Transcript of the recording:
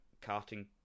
carting